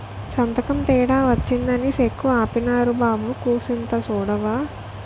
సంతకం తేడా వచ్చినాదని సెక్కు ఆపీనారు బాబూ కూసంత సూడవా